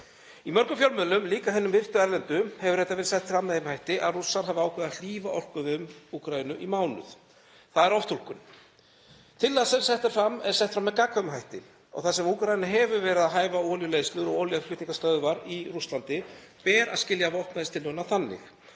Í mörgum fjölmiðlum, líka hinum virtu erlendu, hefur þetta verið sett fram með þeim hætti að Rússar hafi ákveðið að hlífa orkuinnviðum Úkraínu í mánuð. Það er oftúlkun. Tillagan sem sett er fram er sett fram með gagnkvæmum hætti. Þar sem Úkraína hefur verið að hæfa olíuleiðslur og olíuflutningastöðvar í Rússlandi ber að skilja vopnahléstillöguna þannig